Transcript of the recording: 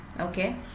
okay